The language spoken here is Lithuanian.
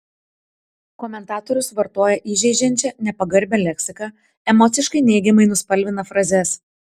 komentatorius vartoja įžeidžiančią nepagarbią leksiką emociškai neigiamai nuspalvina frazes